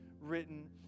written